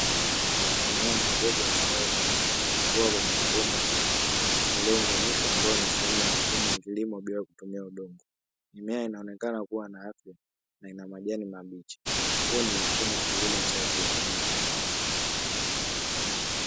Mimea mdogo ya saladini ikikua kwenye mabomba meupe iliounganishwa ambayo ni sehemu ya mfumo wa kilimo bila kutumia udongo. Mimea inaonekana kuwa na afya na ina majani mabichi, huu ni mfumo wa kilimo cha haidropoini.